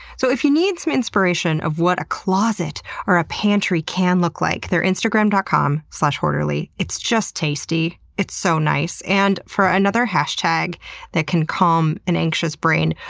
so if you need some inspiration of what a closet or ah pantry can look like, they're instagram dot com slash horderly. it's just tasty. it's so nice. and for another hashtag that can calm an anxious brain,